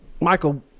Michael